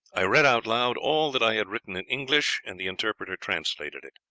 i read out loud all that i had written in english, and the interpreter translated it.